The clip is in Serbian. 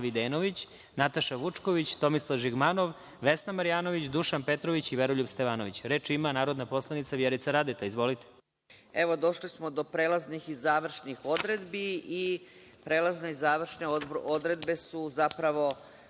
Evo, došli smo do prelaznih i završnih odredbi, i prelazne i završne odredbe su zapravo